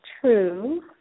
True